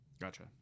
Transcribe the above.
gotcha